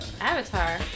Avatar